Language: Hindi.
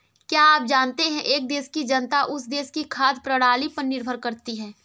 क्या आप जानते है एक देश की जनता उस देश की खाद्य प्रणाली पर निर्भर करती है?